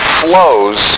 flows